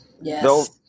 Yes